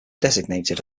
designated